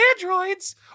androids